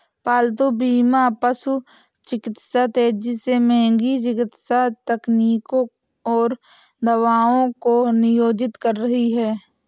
पालतू बीमा पशु चिकित्सा तेजी से महंगी चिकित्सा तकनीकों और दवाओं को नियोजित कर रही है